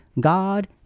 God